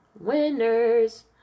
winners